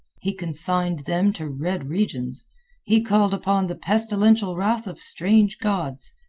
he consigned them to red regions he called upon the pestilential wrath of strange gods.